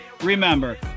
Remember